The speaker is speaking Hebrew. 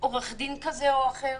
עורך דין כזה או אחר,